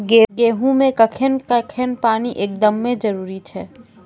गेहूँ मे कखेन कखेन पानी एकदमें जरुरी छैय?